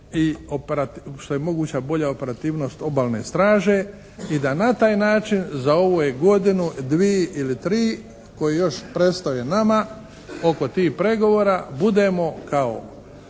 što je moguća bolja operativnost obalne straže i da na taj način za ovu godinu, dvije ili tri koje još predstoje nama oko tih pregovora budemo kao